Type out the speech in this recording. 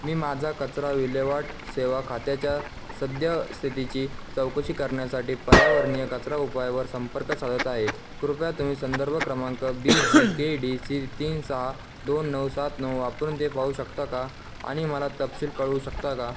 मी माझा कचरा विल्हेवाट सेवा खात्याच्या सद्यस्थितीची चौकशी करण्यासाठी पर्यावरणीय कचरा उपायवर संपर्क साधत आहे कृपया तुम्ही संदर्भ क्रमांक B G K D C तीन सहा दोन नऊ सात नऊ वापरून ते पाहू शकता का आणि मला तपशील कळवू शकता का